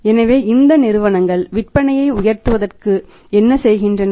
எனவே இந்த நிறுவனங்கள் விற்பனையை உயர்த்துவதற்கு என்ன செய்கின்றன